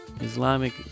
Islamic